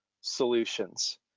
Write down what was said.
solutions